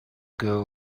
girl